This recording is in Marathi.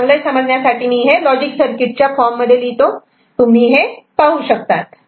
हे चांगले समजण्यासाठी मी लॉजिक सर्किट च्या फॉर्म मध्ये लिहितो तुम्ही हे पाहू शकतात